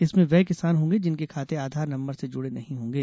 इसमें वे किसान होंगे जिनके खाते आधार नंबर से जुड़े नही होंगे